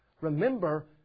remember